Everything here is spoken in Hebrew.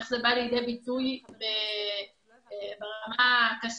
איך זה בא לידי ביטוי ברמה הכספית.